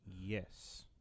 Yes